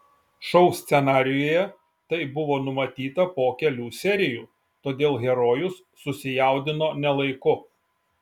šou scenarijuje tai buvo numatyta po kelių serijų todėl herojus susijaudino ne laiku